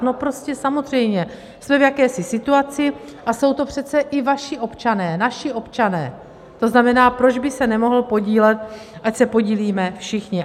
No samozřejmě, jsme v jakési situaci a jsou to přece i vaši občané, naši občané, to znamená, proč by se nemohl podílet, ať se podílíme všichni.